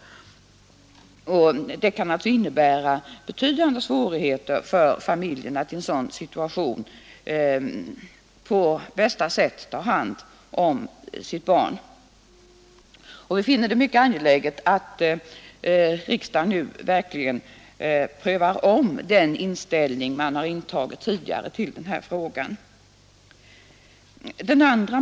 Det kan alltså innebära betydande svårigheter för familjen att i en sådan situation på bästa sätt ta hand om sitt barn. Vi finner det mycket angeläget att riksdagen nu verkligen prövar om den inställning man har intagit tidigare till denna fråga.